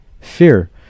fear